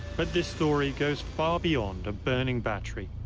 but this story goes far beyond a burning battery.